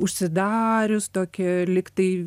užsidarius tokia lygtai